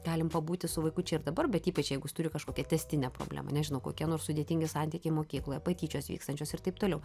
galim pabūti su vaiku čia ir dabar bet ypač jeigu jis turi kažkokią tęstinę problemą nežinau kokie nors sudėtingi santykiai mokykloje patyčios vykstančios ir taip toliau